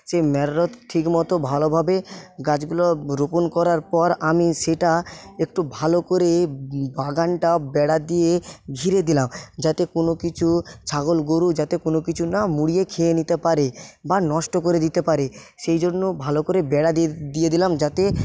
সে মেরামত ঠিকমতো ভালোভাবে গাছগুলো রোপণ করার পর আমি সেটা একটু ভালো করে বাগানটা বেড়া দিয়ে ঘিরে দিলাম যাতে কোন কিছু ছাগল গরু যাতে কোন কিছু না মুড়িয়ে খেয়ে নিতে পারে বা নষ্ট করে দিতে পারে সেইজন্য ভালো করে বেড়া দিয়ে দিলাম যাতে